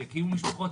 יקימו משפחות,